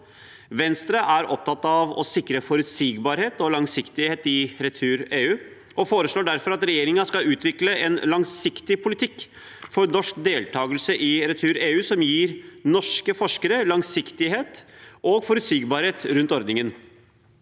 Venstre er opptatt av å sikre forutsigbarhet og langsiktighet i Retur-EU og foreslår derfor at regjeringen skal utvikle en langsiktig politikk for norsk deltakelse i Retur-EU som gir norske forskere langsiktighet og forutsigbarhet rundt ordningen.